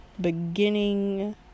beginning